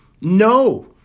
No